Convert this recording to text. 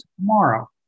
tomorrow